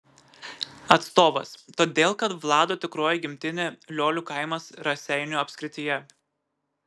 atstovas todėl kad vlado tikroji gimtinė liolių kaimas raseinių apskrityje